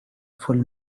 full